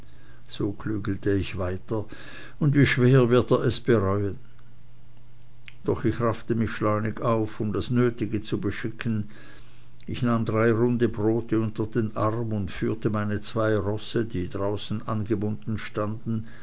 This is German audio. so klügelte ich weiter und wie schwer wird er es bereuen doch ich raffte mich schleunig auf um das nötige zu beschicken ich nahm drei runde brote unter den arm und führte meine zwei rosse die draußen angebunden standen